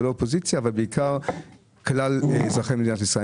אופוזיציה אלא בעיקר כלל אזרחי מדינת ישראל.